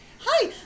Hi